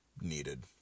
needed